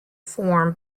form